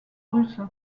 russe